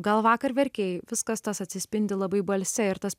gal vakar verkei viskas tas atsispindi labai balse ir tas